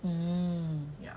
mmhmm